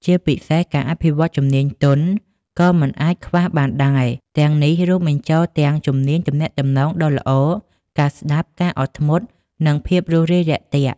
ជាពិសេសការអភិវឌ្ឍន៍ជំនាញទន់ ក៏មិនអាចខ្វះបានដែរ ទាំងនេះរួមបញ្ចូលទាំង ជំនាញទំនាក់ទំនង ដ៏ល្អ ការស្តាប់ ការអត់ធ្មត់ និងភាពរួសរាយរាក់ទាក់។